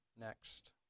Next